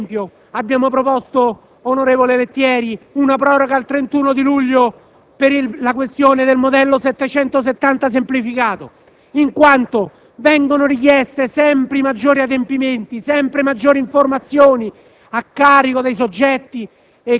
In ambito fiscale abbiamo proposto, onorevole Lettieri, una proroga al 31 luglio 2008 per la consegna del modello 770 semplificato, in quanto vengono richiesti sempre maggiori adempimenti, sempre maggiori informazioni